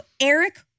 Eric